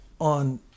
on